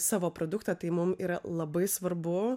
savo produktą tai mum yra labai svarbu